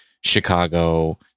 Chicago